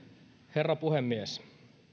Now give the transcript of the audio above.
herra puhemies